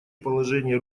положение